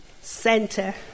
center